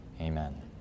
Amen